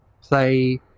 play